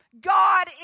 God